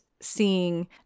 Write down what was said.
seeing